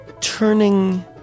turning